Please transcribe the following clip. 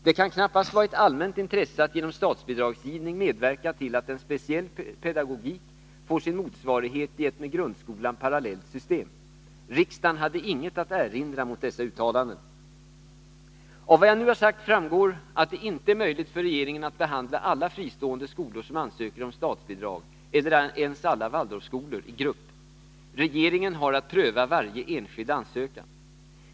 Det kan knappast vara ett allmänt intresse att genom statsbidragsgivning medverka till att en speciell pedagogik får sin motsvarighet i ett med grundskolan parallellt system. Riksdagen hade inget att erinra mot dessa uttalanden. Av vad jag nu har sagt framgår att det inte är möjligt för regeringen att behandla alla fristående skolor som ansöker om statsbidrag, eller ens alla Waldorfskolor, i grupp. Regeringen har att pröva varje enskild ansökan.